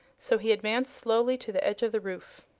so he advanced slowly to the edge of the roof.